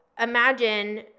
imagine